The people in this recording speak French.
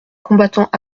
combattants